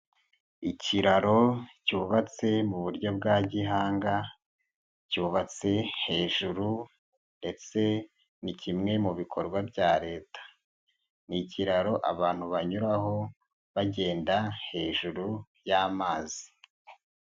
Ikiraro cyubatse mu buryo bwa gihanga, cyubatse hejuru ndetse ni kimwe mu bikorwa bya Leta. Ni ikiraro abantu banyuraho bagenda hejuru y'amazi.